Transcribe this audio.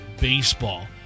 Baseball